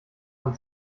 man